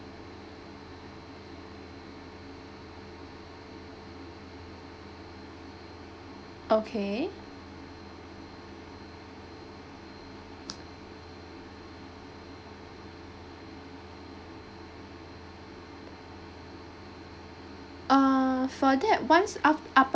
okay uh for that once uh